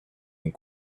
and